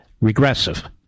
regressive